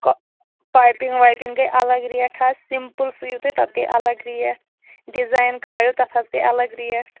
کۅ piping وایپِنٛگ گٔے الگ ریٹ حظ سِمپٕل سُوِو تُہۍ تَتھ گٔے الگ ریٹ ڈِزایِن کھٲرِو تَتھ حظ گٔے الگ ریٹ